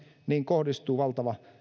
kohdistuu valtava